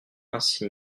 ainsi